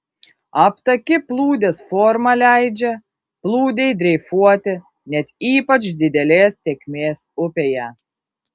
aptaki plūdės forma leidžia plūdei dreifuoti net ypač didelės tėkmės upėje